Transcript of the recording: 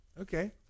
Okay